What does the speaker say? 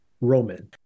Roman